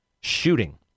shooting